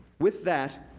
with that,